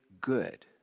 good